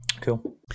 Cool